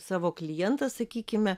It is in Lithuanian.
savo klientą sakykime